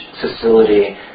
facility